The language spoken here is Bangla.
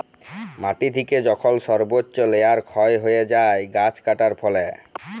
মাটি থেকে যখল সর্বচ্চ লেয়ার ক্ষয় হ্যয়ে যায় গাছ কাটার ফলে